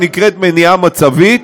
שנקראת "מניעה מצבית",